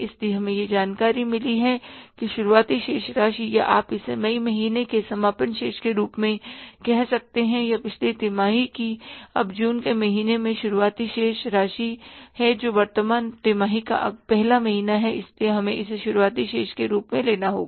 इसलिए हमें यह जानकारी मिली है कि शुरुआती शेष राशि या आप इसे मई महीने के समापन शेष के रूप में कह सकते हैं या पिछली तिमाही की अब जून के महीने में शुरुआती शेष राशि है जो वर्तमान तिमाही का पहला महीना है इसलिए हमें इसे शुरुआती शेष के रूप में लेना होगा